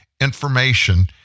information